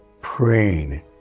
praying